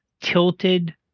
tilted